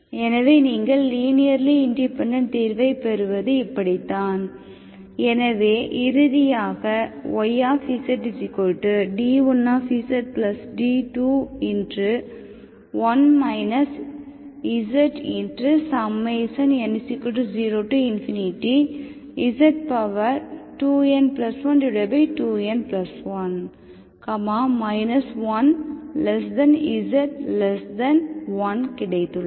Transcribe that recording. எனவே நீங்கள் linearly independent தீர்வைப் பெறுவது இப்படித்தான் எனவே இறுதியாக y zd1zd21 zn0z2n12n1 1z1 கிடைத்துள்ளது